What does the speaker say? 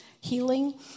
healing